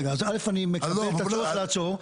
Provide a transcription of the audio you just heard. רגע, אז א', אני מקבל את הצורך לעצור.